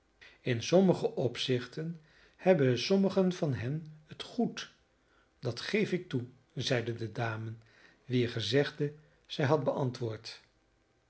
in sommige opzichten hebben sommigen van hen het goed dat geef ik toe zeide de dame wier gezegde zij had beantwoord